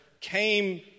came